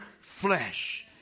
flesh